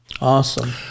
Awesome